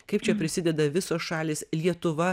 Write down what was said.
kaip čia prisideda visos šalys lietuva